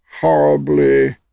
horribly